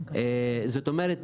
זאת אומרת,